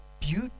beauty